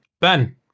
Ben